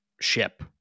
ship